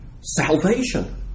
salvation